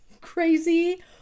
crazy